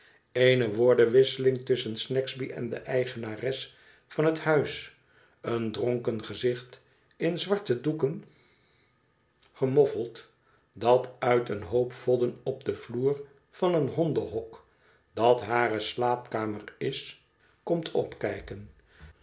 eene woordenwisseling tusschen snagsby en de eigenares van het huis een dronken gezicht in zwarte doeken gemoffeld dat uit een hoop vodden op den vloer van een hondenhok datliare slaapkamer is komt opkijken